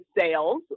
sales